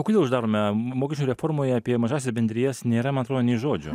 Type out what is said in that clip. o kodėl uždarome mo mokesčių reformoje apie mažąsias bendrijas nėra man atrodo nei žodžio